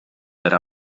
era